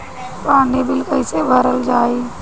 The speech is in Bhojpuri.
पानी बिल कइसे भरल जाई?